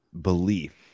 belief